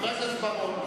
חבר הכנסת בר-און.